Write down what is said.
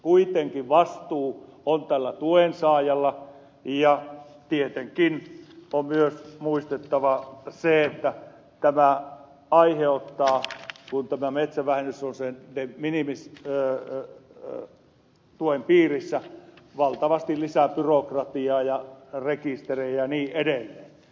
kuitenkin vastuu on tällä tuen saajalla ja tietenkin on myös muistettava se että tämä aiheuttaa kun tämä metsävähennys on sen de minimis tuen piirissä valtavasti lisää byrokratiaa rekisterejä ja niin edelleen